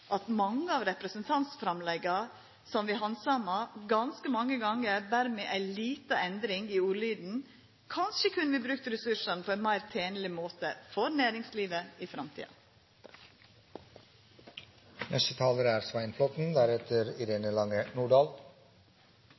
at mange av representantframlegga er handsama ganske mange gonger, berre med ei lita endring i ordlyden. Kanskje kunne vi brukt ressursane på ein meir tenleg måte for næringslivet i framtida. Jeg oppfatter at forrige taler føler seg litt brydd av at det er